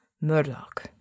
Murdoch